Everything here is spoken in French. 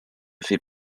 fait